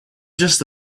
just